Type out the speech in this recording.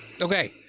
Okay